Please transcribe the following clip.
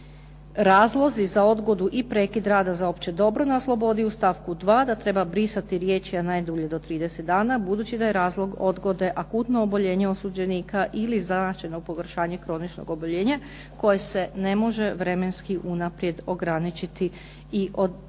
razlozi za odgodu i prekid rada za opće dobro na slobodi u stavku 2. da treba brisati riječi „najdulje do 30 dana“ budući da je razlog odgode akutno oboljenje osuđenika ili … pogoršanje kroničnog oboljenja koji se ne može vremenski unaprijed ograničiti i odrediti.